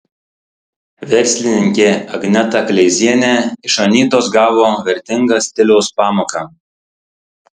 verslininkė agneta kleizienė iš anytos gavo vertingą stiliaus pamoką